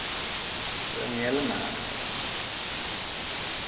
ᱟᱫᱚ ᱧᱮᱞ ᱱᱟ